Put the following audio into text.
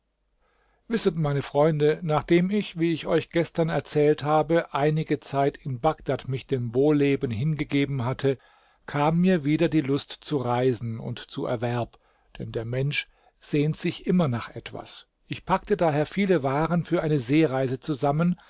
wisset meine freunde nachdem ich wie ich euch gestern erzählt habe einige zeit in bagdad mich dem wohlleben hingegeben hatte kam mir wieder die lust zu reisen und zu erwerb denn der mensch sehnt sich immer nach etwas ich packte daher viele waren für eine seereise zusammen